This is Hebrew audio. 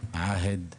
עאהד והיפא,